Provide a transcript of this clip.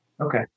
Okay